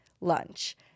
lunch